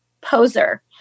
poser